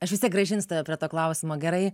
aš vis tiek grąžinsiu tave prie to klausimo gerai